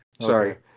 Sorry